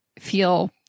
feel